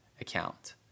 account